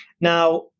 Now